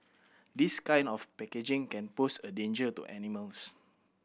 this kind of packaging can pose a danger to animals